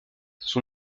son